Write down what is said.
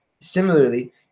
similarly